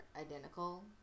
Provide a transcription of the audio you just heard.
identical